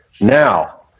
Now